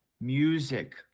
music